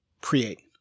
create